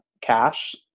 cash